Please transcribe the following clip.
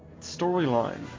storyline